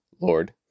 Lord